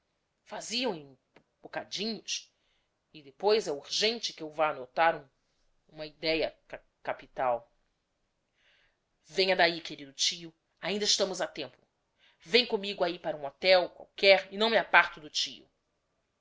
bo bocadinhos e depois é urgente que eu vá anotar um uma ideia ca capital venha d'ahi querido tio ainda estamos a tempo vem commigo ahi para um hotel qualquer e não me aparto do tio